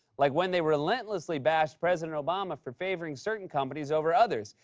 like when they relentlessly bashed president obama for favoring certain companies over others.